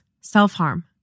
self-harm